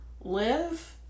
live